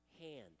hand